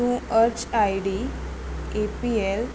तूं अर्ज I D A P L